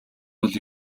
бол